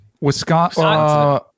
Wisconsin